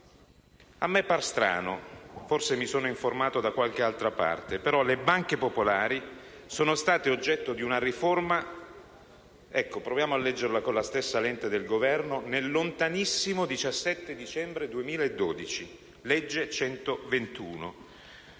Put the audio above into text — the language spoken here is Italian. A me pare strano, forse mi sono informato da qualche altra parte, però le banche popolari sono state oggetto di una riforma - leggendola con la stessa lente del Governo - nel "lontanissimo" 17 dicembre 2012, con la